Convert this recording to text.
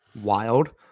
wild